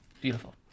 Beautiful